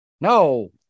No